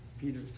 Peter